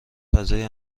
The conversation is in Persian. فضای